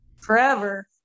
forever